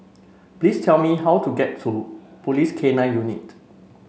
please tell me how to get to Police K Nine Unit